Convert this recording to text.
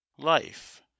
Life